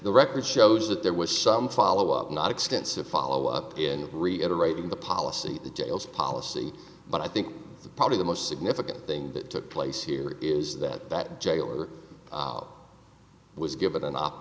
the record shows that there was some follow up not extensive follow up in reiterating the policy details policy but i think the probably the most significant thing that took place here is that that jailer was given an option